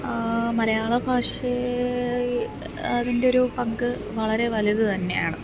മലയാളഭാഷയെ അതിന്റെയൊരു പങ്ക് വളരെ വലുത് തന്നെയാണ്